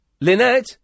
Lynette